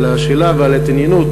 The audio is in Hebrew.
על השאלה ועל ההתעניינות,